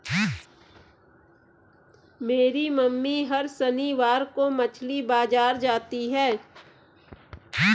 मेरी मम्मी हर शनिवार को मछली बाजार जाती है